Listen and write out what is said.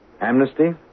Amnesty